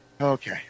Okay